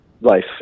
life